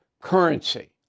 currency